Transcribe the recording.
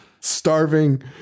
Starving